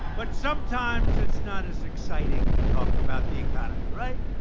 but sometimes, it's not as exciting to talk about the economy right?